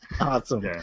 Awesome